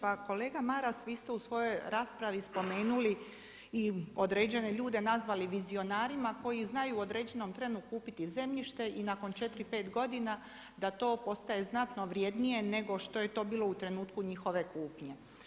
Pa kolega Maras, vi ste u svojoj raspravi spomenuli i određene ljude nazvali vizionarima koji znaju u određenom trenu kupiti zemljište i nakon 4, 5 godina da to postaje znatno vrijednije nego što je to bilo u trenutku njihove kupnje.